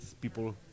people